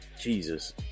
Jesus